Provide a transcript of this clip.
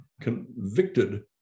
convicted